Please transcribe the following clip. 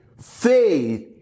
Faith